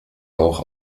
auch